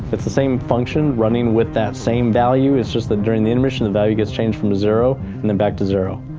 it's the same function running with that same value, it's just that during the intermission the value gets changed from zero and then back to zero.